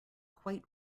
quite